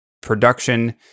production